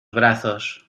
brazos